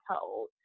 told